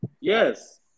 Yes